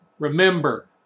Remember